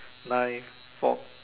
knife fork